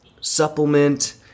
supplement